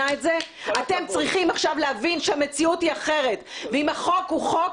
אתם צריכים עכשיו להבין שהמציאות היא אחרת ואם החוק הוא חוק,